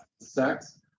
sex